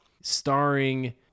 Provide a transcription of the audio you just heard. starring